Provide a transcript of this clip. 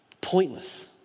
pointless